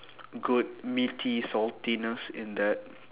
good meaty saltiness in that